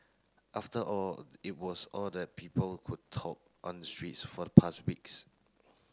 after all it was all that people could talk on the streets for the past weeks